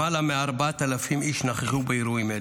למעלה מ-4,000 איש נכחו באירועים אלו,